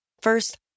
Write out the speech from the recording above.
First